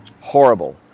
horrible